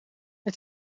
het